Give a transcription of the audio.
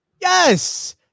Yes